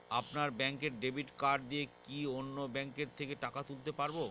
আপনার ব্যাংকের debit card দিয়ে কি অন্য ব্যাংকের থেকে টাকা তুলতে পারবো?